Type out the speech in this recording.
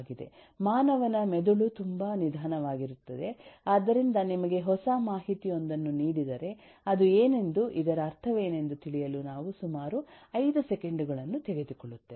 ಮಾನವನ ಮೆದುಳು ತುಂಬಾ ನಿಧಾನವಾಗಿರುತ್ತದೆ ಆದ್ದರಿಂದ ನಿಮಗೆ ಹೊಸ ಮಾಹಿತಿಯೊಂದನ್ನು ನೀಡಿದರೆ ಅದು ಏನೆಂದು ಇದರ ಅರ್ಥವೇನೆಂದು ತಿಳಿಯಲು ನಾವು ಸುಮಾರು 5 ಸೆಕೆಂಡುಗಳನ್ನು ತೆಗೆದುಕೊಳ್ಳುತ್ತೇವೆ